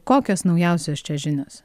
kokios naujausios čia žinios